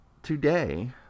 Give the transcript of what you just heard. Today